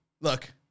Look